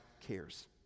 cares